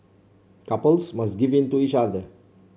couples must give in to each other